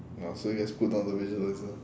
oh so you just pulled down the visualiser